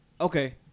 Okay